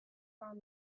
found